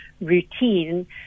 routine